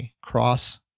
cross